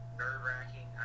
nerve-wracking